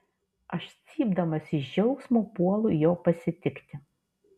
aš cypdamas iš džiaugsmo puolu jo pasitikti